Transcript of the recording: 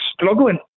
struggling